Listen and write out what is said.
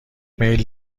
میل